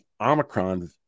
Omicron